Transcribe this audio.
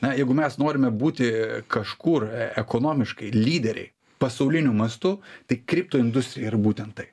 na jeigu mes norime būti kažkur e ekonomiškai lyderiai pasauliniu mastu tai kripto industrija yra būtent tai